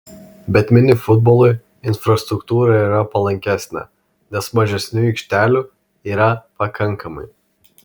bet mini futbolui infrastruktūra yra palankesnė nes mažesniu aikštelių yra pakankamai